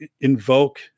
invoke